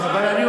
למי תיתן?